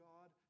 God